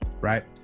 right